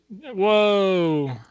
whoa